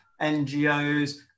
NGOs